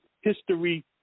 history